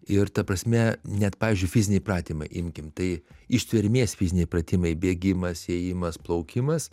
ir ta prasme net pavyzdžiui fiziniai pratimai imkim tai ištvermės fiziniai pratimai bėgimas ėjimas plaukimas